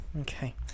Okay